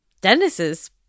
Dennis's